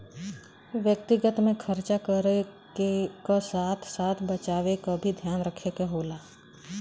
व्यक्तिगत में खरचा करे क साथ साथ बचावे क भी ध्यान रखे क होला